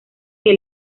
que